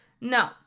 No